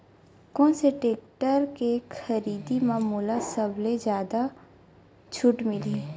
कोन से टेक्टर के खरीदी म मोला सबले जादा छुट मिलही?